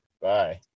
Bye